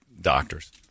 doctors